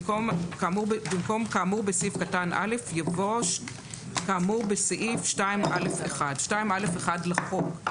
במקום "כאמור בסעיף קטן (א)" יבוא "כאמור בסעיף 2א(1) לחוק".